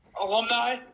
Alumni